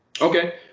Okay